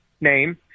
name